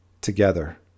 together